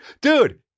Dude